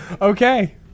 Okay